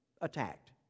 attacked